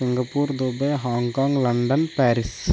Singapore Dubai Hong Kong London Paris